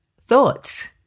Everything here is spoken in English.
thoughts